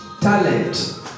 talent